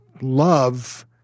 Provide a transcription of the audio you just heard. love